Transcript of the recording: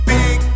Big